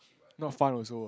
not fun also uh